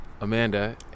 Amanda